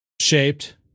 shaped